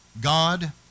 God